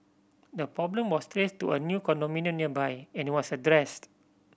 the problem was traced to a new condominium nearby and it was addressed